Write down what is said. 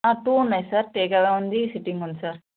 two ఉన్నాయి sir take away ఉంది sitting ఉంది సార్